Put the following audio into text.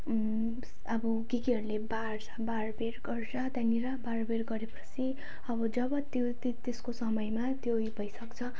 अब के केहरूले बार्छ बारबेर गर्छ त्यहाँनेर बारबेर गरे पछि अब जब त्यो त त्यसको समयमा त्यो उयो भइसक्छ